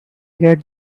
get